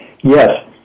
Yes